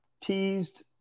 teased